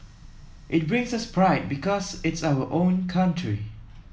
it brings us pride because it's our own country